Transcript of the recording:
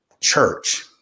church